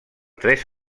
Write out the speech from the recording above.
tres